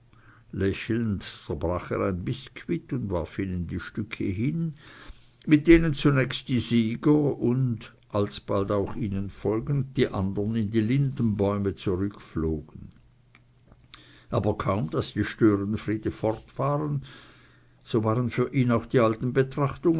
ein biskuit und warf ihnen die stücke hin mit denen zunächst die sieger und alsbald auch ihnen folgend die anderen in die lindenbäume zurückflogen aber kaum daß die störenfriede fort waren so waren für ihn auch die alten betrachtungen